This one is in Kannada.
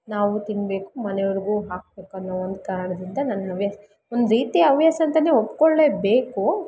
ನಾವು ತಿನ್ಬೇಕು ಮನೆಯವ್ರಿಗು ಹಾಕಬೇಕನ್ನೋ ಒಂದು ಕಾರಣದಿಂದ ನನ್ನ ಹವ್ಯಾಸ ಒಂದು ರೀತಿ ಹವ್ಯಾಸ ಅಂತ ಒಪ್ಕೊಳ್ಲೇಬೇಕು